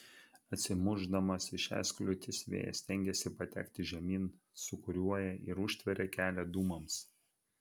atsimušdamas į šias kliūtis vėjas stengiasi patekti žemyn sūkuriuoja ir užtveria kelią dūmams